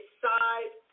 side